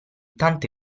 tante